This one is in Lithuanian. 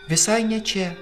visai ne čia